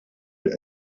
mill